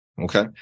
Okay